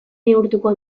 neurtuko